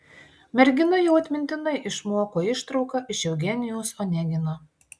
mergina jau atmintinai išmoko ištrauką iš eugenijaus onegino